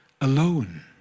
alone